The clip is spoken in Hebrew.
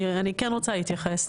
אני כן רוצה להתייחס,